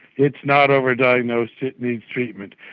it's not over-diagnosed, it needs treatment.